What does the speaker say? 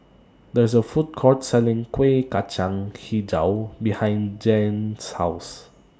There IS A Food Court Selling Kuih Kacang Hijau behind Janyce's House